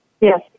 Yes